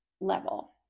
level